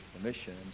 permission